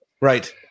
right